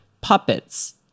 puppets